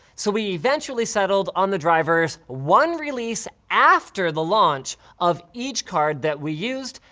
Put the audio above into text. so we eventually settled on the drivers one release after the launch of each card that we used,